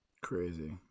Crazy